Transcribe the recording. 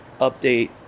update